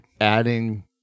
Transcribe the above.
Adding